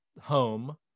home